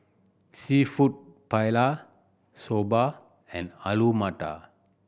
Seafood Paella Soba and Alu Matar